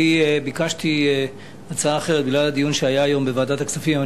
אני ביקשתי הצעה אחרת בגלל הדיון שהיה היום בוועדת הכספים.